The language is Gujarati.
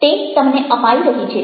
તે તમને અપાઈ રહી છે